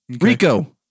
Rico